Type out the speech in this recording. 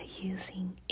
using